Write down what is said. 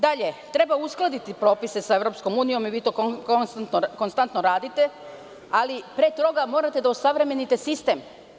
Dalje, treba uskladiti propise sa EU i vi to konstantno radite, ali pre toga morate da osavremenite sistem.